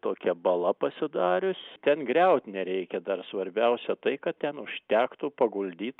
tokia bala pasidarius ten griaut nereikia dar svarbiausia tai kad ten užtektų paguldyt